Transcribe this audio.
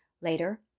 Later